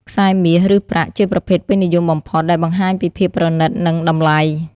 ខ្សែមាស ឬប្រាក់ ជាប្រភេទពេញនិយមបំផុត ដែលបង្ហាញពីភាពប្រណីត និងតម្លៃ។